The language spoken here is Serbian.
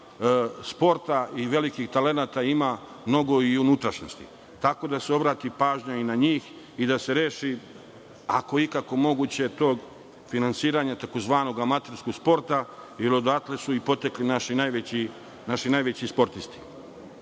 sporta i velikih talenata ima mnogo i u unutrašnjosti, tako da se obrati pažnja i na njih i da se reši, ako je ikako moguće tog finanisiranja tzv. amaterskog sporta, jer odatle su i potekli naši najveći sportisti. Što